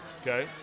Okay